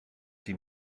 die